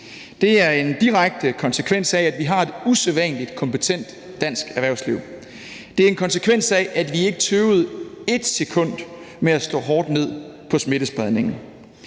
Det er en direkte konsekvens af, at vi har et usædvanlig kompetent dansk erhvervsliv. Det er en konsekvens af, at vi ikke tøvede ét sekund med at slå hårdt ned på smittespredningen.